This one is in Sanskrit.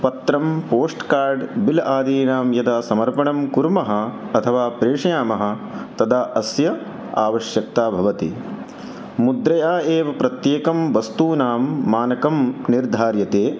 पत्रं पोश्ट्कार्ड् बिल् आदीनां यदा समर्पणं कुर्मः अथवा प्रेषयामः तदा अस्य आवश्यकता भवति मुद्रया एव प्रत्येकं वस्तूनां मानकं निर्धार्यते